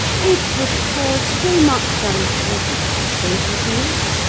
it would cause so much unpleasantness, don't you think?